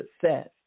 success